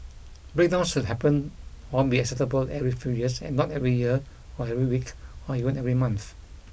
breakdowns should happen or be acceptable every few years and not every year or every week or even every month